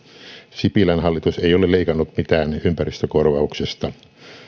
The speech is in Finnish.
sipilän hallitus ei ole leikannut mitään ympäristökorvauksesta